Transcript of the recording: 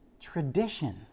tradition